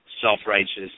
self-righteous